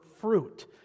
fruit